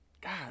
God